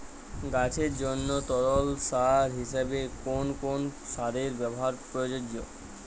গাছের জন্য তরল সার হিসেবে কোন কোন সারের ব্যাবহার প্রযোজ্য?